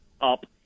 up